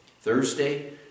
Thursday